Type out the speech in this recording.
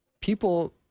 people